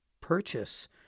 purchase –